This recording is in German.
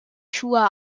schuhe